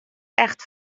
echt